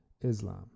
Islam